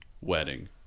wedding